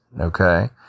Okay